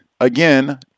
Again